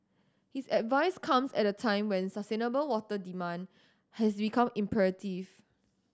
his advice comes at a time when sustainable water demand has become imperative